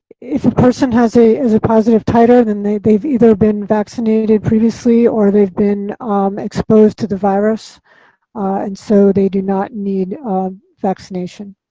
if a person has a, has a positive titer, then they, they've either been vaccinated previously or they've been um exposed to the virus and so they do not need vaccination.